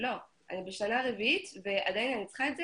אני בשנה רביעית ועדיין אני צריכה את זה